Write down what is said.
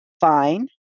fine